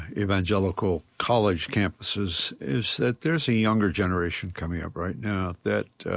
evangelical college campuses, is that there's a younger generation coming up right now that